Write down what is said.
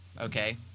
okay